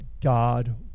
god